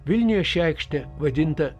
vilniuje ši aikštė vadinta